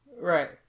Right